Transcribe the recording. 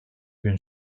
gün